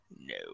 No